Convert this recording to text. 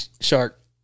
Shark